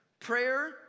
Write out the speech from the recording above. Prayer